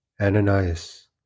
Ananias